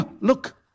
look